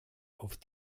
auf